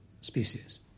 species